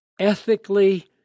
ethically